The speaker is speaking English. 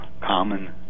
common